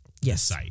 Yes